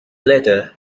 later